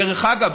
דרך אגב,